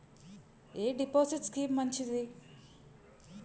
ఎ deposit scheme మంచిది?